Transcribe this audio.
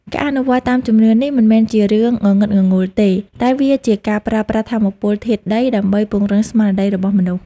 ការអនុវត្តតាមជំនឿនេះមិនមែនជារឿងងងឹតងងុលទេតែវាជាការប្រើប្រាស់ថាមពលធាតុដីដើម្បីពង្រឹងស្មារតីរបស់មនុស្ស។